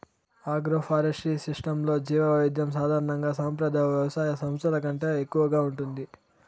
agroforestry సిస్టమ్స్లో జీవవైవిధ్యం సాధారణంగా సంప్రదాయ వ్యవసాయ వ్యవస్థల కంటే ఎక్కువగా ఉంటుంది